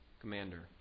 commander